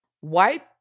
white